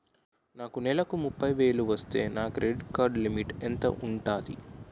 నాకు నెలకు ముప్పై వేలు వస్తే నా క్రెడిట్ కార్డ్ లిమిట్ ఎంత ఉంటాది?